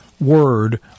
Word